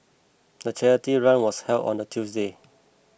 the charity run was held on the Tuesday